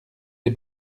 les